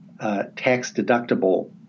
tax-deductible